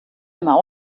einmal